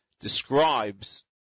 describes